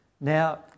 Now